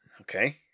okay